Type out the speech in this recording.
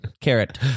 Carrot